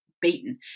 Beaten